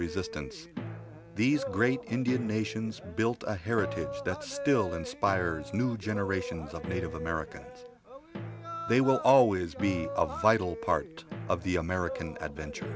resistance these great indian nations built a heritage that still inspires new generations of native americans they will always be a vital part of the american adventure